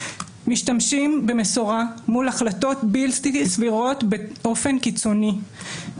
משתמשים במשורה מול החלטות בלתי סבירות באופן קיצוני.